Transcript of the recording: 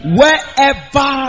wherever